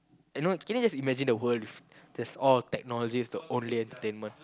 and you know can you just imagine the world if that's all technology is the only entertainment